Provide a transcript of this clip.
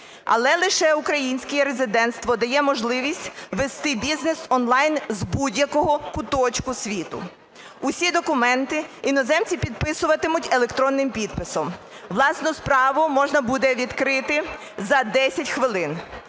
Але лише українське резиденство дає можливість вести бізнес онлайн з будь-якого куточку світу. Усі документи іноземці підписуватимуть електронним підписом, власну справу можна буде відкрити за 10 хвилин.